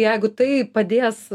jeigu tai padės